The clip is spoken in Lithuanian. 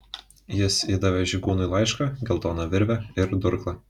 jis įdavė žygūnui laišką geltoną virvę ir durklą